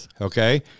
okay